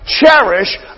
cherish